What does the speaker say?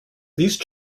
these